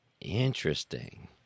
Interesting